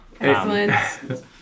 Excellent